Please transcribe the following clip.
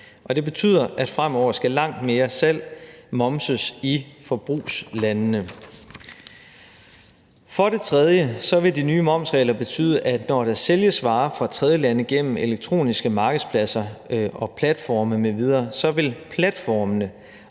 Det betyder, at langt mere salg fremover momses i forbrugslandene. For det tredje vil de nye momsregler betyde, at når der sælges varer fra tredjelande gennem elektroniske markedspladser og platforme m.v., så vil platformene